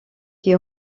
qui